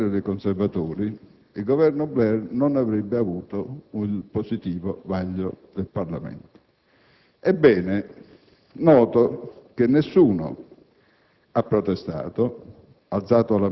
Senza il concorso necessario dei conservatori, il Governo Blair non avrebbe ottenuto il positivo vaglio del Parlamento. Ebbene, noto che nessuno